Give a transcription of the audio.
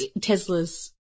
Tesla's